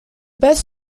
best